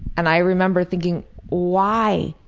and i remember thinking why?